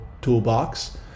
toolbox